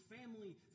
family